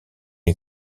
est